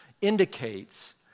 indicates